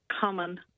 common